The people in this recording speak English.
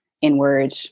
inward